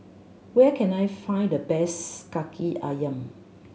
where can I find the best Kaki Ayam